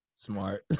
Smart